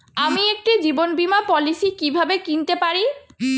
আমি একটি জীবন বীমা পলিসি কিভাবে কিনতে পারি?